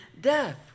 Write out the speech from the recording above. death